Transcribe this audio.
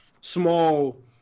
small